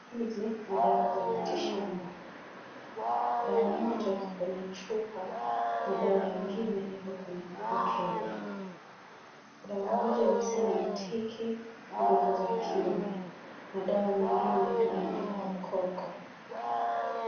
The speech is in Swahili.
Hizi ni dawa za miti shamba , dawa moja iko kwenye chupa na ingine iko kwenye mkebe , dawa moja inasema mtiki nguvu za kiume madawa mengine imeandikwa mkoko.